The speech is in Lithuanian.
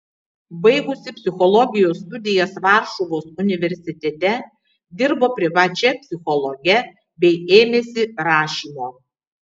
baigusi psichologijos studijas varšuvos universitete dirbo privačia psichologe bei ėmėsi rašymo